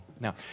Now